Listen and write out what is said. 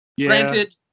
Granted